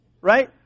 Right